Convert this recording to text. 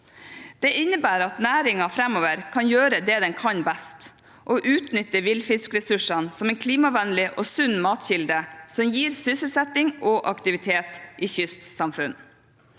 Det innebærer at næringen framover kan gjøre det den kan best: å utnytte villfiskressursene som en klimavennlig og sunn matkilde som gir sysselsetting og aktivitet i kystsamfunn.